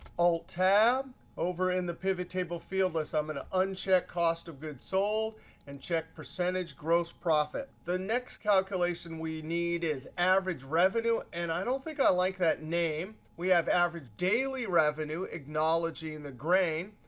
alt-tab. over in the pivot table field list, i'm going to uncheck cost of goods sold and check percentage gross profit. the next calculation we need is average revenue. and i don't think i like that name. we have average daily revenue acknowledging and the grain.